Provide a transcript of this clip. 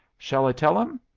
shall i tell them?